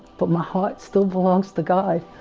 but my heart still belongs to the guy